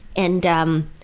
and um,